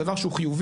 זה דבר שהוא חיובי,